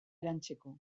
eranzteko